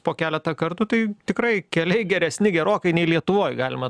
po keletą kartų tai tikrai keliai geresni gerokai nei lietuvoj galima